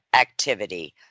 activity